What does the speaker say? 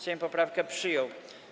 Sejm poprawkę przyjął.